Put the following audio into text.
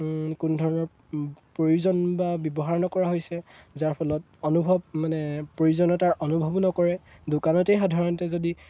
কোনো ধৰণৰ প্ৰয়োজন বা ব্যৱহাৰ নকৰা হৈছে যাৰ ফলত অনুভৱ মানে প্ৰয়োজনীয়তাৰ অনুভৱো নকৰে দোকানতেই সাধাৰণতে যদি